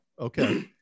Okay